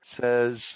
Says